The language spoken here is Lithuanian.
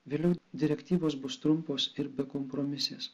vėliau direktyvos bus trumpos ir bekompromisės